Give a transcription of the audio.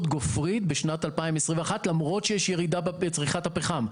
גופרית בשנת 2021 למרות שיש ירידה בצריכת הפחם.